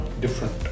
different